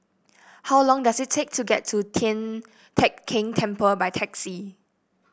how long does it take to get to Tian Teck Keng Temple by taxi